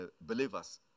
believers